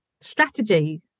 strategy